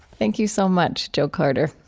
thank you so much, joe carter